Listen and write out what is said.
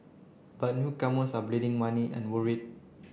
but newcomers are bleeding money and worried